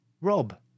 Rob